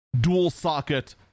dual-socket